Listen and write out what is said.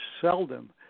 seldom